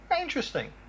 Interesting